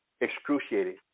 excruciating